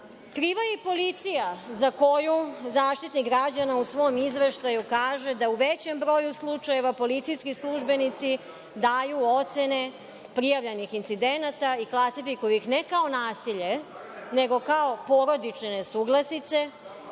je i policija, za koju Zaštitnik građana u svom izveštaju kaže da u većem broju slučajeva policijski službenici daju ocene prijavljenih incidenata i klasifikuju ih, ne kao nasilje, nego kao porodične nesuglasice,